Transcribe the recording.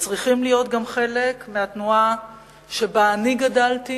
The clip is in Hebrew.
וצריכים להיות גם חלק מהתנועה שבה אני גדלתי,